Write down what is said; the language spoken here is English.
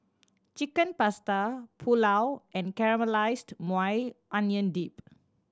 Chicken Pasta Pulao and Caramelized Maui Onion Dip